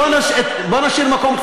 בוא נשאיר מקום,